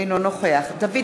אינו נוכח דוד